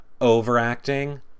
overacting